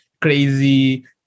crazy